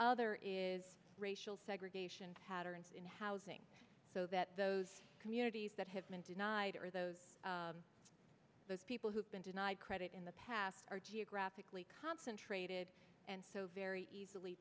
other is racial segregation patterns in housing so that those communities that have been denied are those those people who've been denied credit in the past are geographically concentrated and so very easily